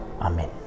Amen